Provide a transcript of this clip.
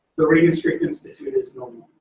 the regenstrief institute is no